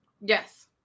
Yes